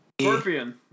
Scorpion